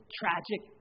tragic